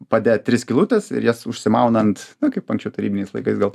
pade tris skylutes ir jas užsimaunant kaip anksčiau tarybiniais laikais gal